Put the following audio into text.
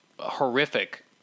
horrific